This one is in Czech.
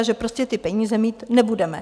Že prostě ty peníze mít nebudeme.